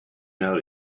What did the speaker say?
how